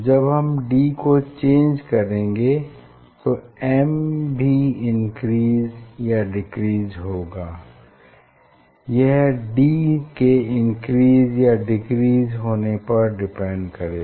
जब हम d को चेंज करेंगे तो m भी इनक्रीज़ या डिक्रीज़ होगी यह d के इनक्रीज़ या डिक्रीज़ होने पर डिपेंड करेगा